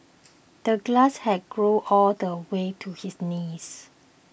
the grass had grown all the way to his knees